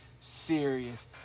serious